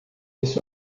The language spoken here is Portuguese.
esse